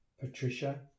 Patricia